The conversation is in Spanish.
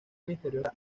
misteriosa